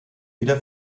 wieder